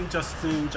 Justin